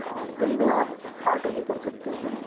اور دن میں آپ آٹو بھی کر سکتے ہیں